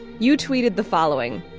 you tweeted the following.